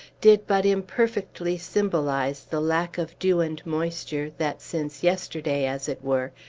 did but imperfectly symbolize the lack of dew and moisture, that, since yesterday, as it were,